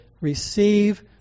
receive